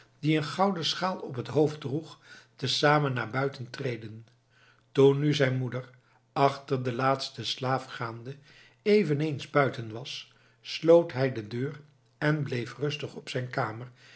die een gouden schaal op het hoofd droeg te zamen naar buiten treden toen nu zijn moeder achter den laatsten slaaf gaande eveneens buiten was sloot hij de deur en bleef rustig op zijn kamer